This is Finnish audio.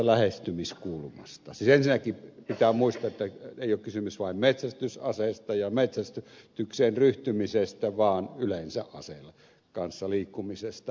siis ensinnäkin pitää muistaa että ei ole kysymys vain metsästysaseista ja metsästykseen ryhtymisestä vaan yleensä aseen kanssa liikkumisesta